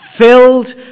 filled